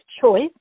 choice